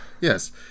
Yes